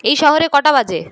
ওই শহরে কটা বাজে